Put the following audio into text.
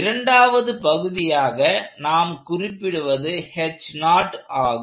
இரண்டாவது பகுதியாக நாம் குறிப்பிடுவது ஆகும்